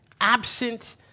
absent